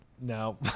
No